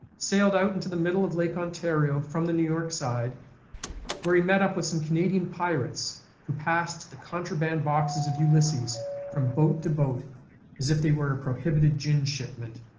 sailed out into the middle of lake ontario from the new york side where he met up with some canadian pirates who passed contraband boxes of ulysses from boat to boat as if they were a prohibited gin shipment,